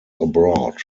abroad